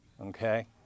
okay